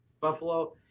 Buffalo